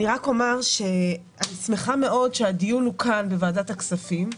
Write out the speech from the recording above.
רק אומר שאני שמחה מאוד שהדיון הוא כאן בוועדת הכספים.